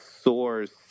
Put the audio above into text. source